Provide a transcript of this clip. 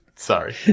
Sorry